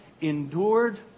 endured